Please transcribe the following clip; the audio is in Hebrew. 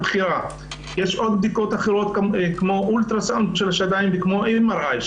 יש עוד בדיקות אחרות כמו אולטרה-סאונד של השדיים וכמו MRI,